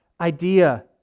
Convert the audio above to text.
idea